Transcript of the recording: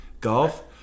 Golf